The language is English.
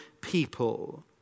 people